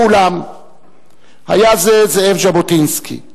ואולם היה זה ז'בוטינסקי,